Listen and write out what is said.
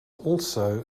also